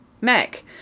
mac